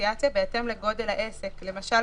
בהתאם לגודל העסק.